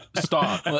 stop